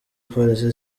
police